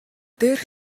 дээрх